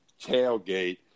tailgate